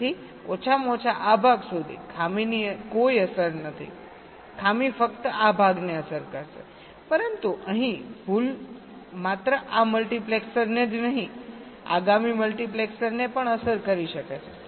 તેથી ઓછામાં ઓછા આ ભાગ સુધી ખામીની કોઈ અસર નથી ખામી ફક્ત આ ભાગને અસર કરશે પરંતુ અહીં ભૂલ માત્ર આ મલ્ટિપ્લેક્સરને જ નહીં આગામી મલ્ટિપ્લેક્સરને પણ અસર કરી શકે છે